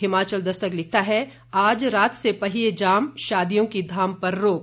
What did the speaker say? हिमाचल दस्तक लिखता है आज रात से पहिए जाम शादियों की धाम पर रोक